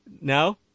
No